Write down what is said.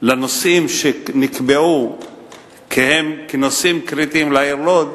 לנושאים שנקבעו כנושאים קריטיים לעיר לוד,